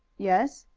yes.